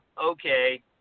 okay